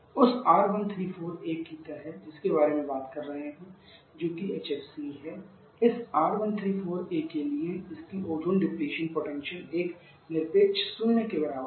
उस R134a की तरह जिसके बारे में बात कर रहे हैं जोकिं HFC है इस R134a के लिए इसकी ओजोन डिप्लीशन पोटेंशियल एक निरपेक्ष शून्य के बराबर है